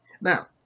now